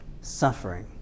suffering